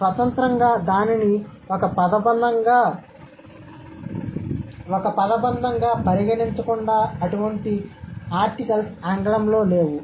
స్వతంత్రంగా దానిని ఒక పదబంధంగా పరిగణించకుండా అటువంటి ఆర్టికల్స్ ఆంగ్లంలో లేవు